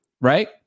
right